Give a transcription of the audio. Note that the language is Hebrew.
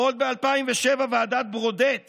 עוד ב-2007 ועדת ברודט